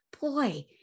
boy